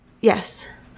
Yes